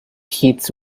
kids